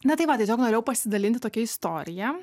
na tai va tiesiog norėjau pasidalinti tokia istorija